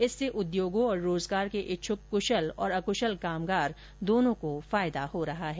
इससे उद्योगों और रोजगार के इच्छ्क कृशल और अकृशल कामगार दोनो को फायदा हो रहा है